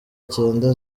cyenda